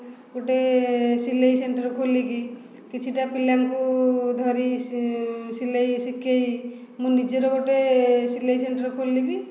ଗୋଟେ ସିଲେଇ ସେଣ୍ଟର ଖୋଲିକି କିଛି ଟା ପିଲାଙ୍କୁ ଧରି ସିଲେଇ ଶିଖେଇ ମୁଁ ନିଜର ଗୋଟେ ସିଲେଇ ସେଣ୍ଟର୍ ଖୋଲିବି